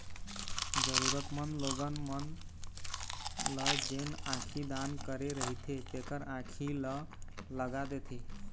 जरुरतमंद लोगन मन ल जेन आँखी दान करे रहिथे तेखर आंखी ल लगा देथे